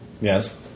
Yes